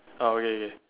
ah okay okay